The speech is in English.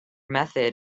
method